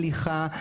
הליכה,